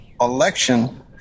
election